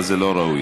אבל זה לא ראוי.